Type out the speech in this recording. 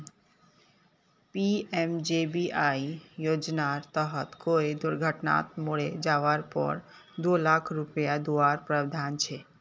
PMJBY योज्नार तहत कोए दुर्घत्नात मोरे जवार पोर दो लाख रुपये दुआर प्रावधान छे